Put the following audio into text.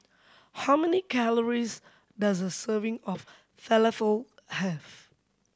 how many calories does a serving of Falafel have